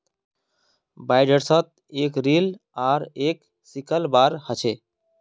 बाइंडर्सत एक रील आर एक सिकल बार ह छे